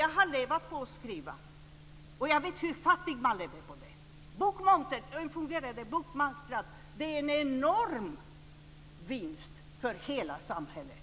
Men jag har levt på att skriva, och jag vet hur fattigt man lever på det. En ändrad bokmoms och en fungerande bokmarknad är en enorm vinst för hela samhället.